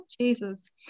Jesus